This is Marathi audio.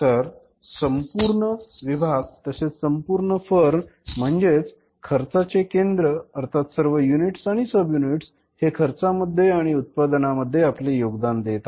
तर संपूर्ण विभाग तसेच संपूर्ण फर्म म्हणजेच खर्चाचे केंद्र अर्थात सर्व युनिट्स आणि सब युनिट्स हे खर्चामध्ये आणि उत्पादनामंध्ये आपले योगदान देत आहे